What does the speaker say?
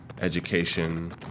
education